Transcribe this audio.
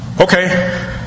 Okay